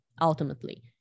ultimately